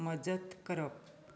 मजत करप